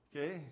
Okay